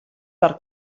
per